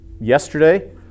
yesterday